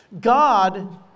God